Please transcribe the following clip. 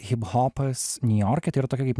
hiphopas niujorke tai yra tokia kaip